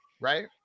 right